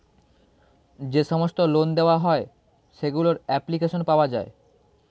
যে সমস্ত লোন দেওয়া হয় সেগুলোর অ্যাপ্লিকেশন পাওয়া যায়